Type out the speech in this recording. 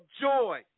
joy